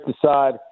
decide